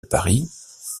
paris